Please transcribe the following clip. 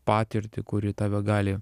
patirtį kuri tave gali